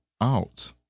out